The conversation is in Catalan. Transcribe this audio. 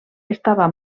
estava